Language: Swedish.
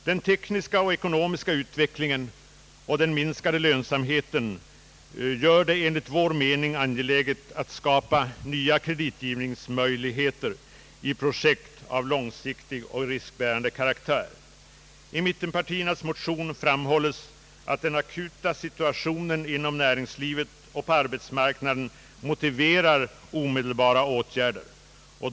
Den tekniska och ekonomiska utvecklingen och den minskade lönsamheten gör det enligt vår mening angeläget att skapa nya kreditgivningsmöjligheter i projekt av långsiktig och riskbärande karaktär. I mittenpartiernas motion framhålles att den akuta situationen inom näringslivet och på arbetsmarknaden motiverar omedelbara åtgärder.